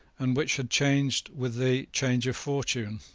and which had changed with the change of fortune.